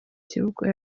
kibuga